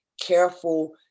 careful